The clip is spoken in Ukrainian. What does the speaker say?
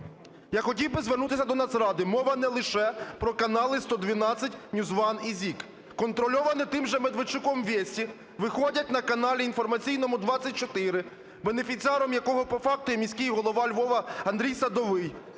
я хотів би звернутися до Нацради. Мова не лише про канали "112", NewsOne і ZIK. Контрольовані тим же Медведчуком "Вести" виходять на каналі інформаційному "24", бенефіціаром якого по факту є міський голова Львова Андрій Садовий.